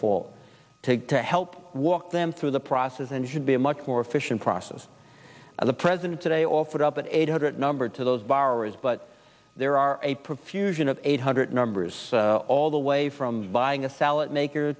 take to help walk them through the process and it should be a much more efficient process the president today offered up at eight hundred number to those borrowers but there are a profusion of eight hundred numbers all the way from buying a salad maker